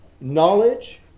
knowledge